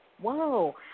whoa